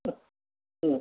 ம் ம்